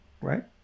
right